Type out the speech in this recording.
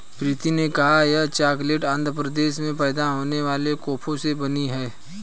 प्रीति ने कहा यह चॉकलेट आंध्र प्रदेश में पैदा होने वाले कोको से बनी है